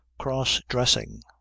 cross-dressing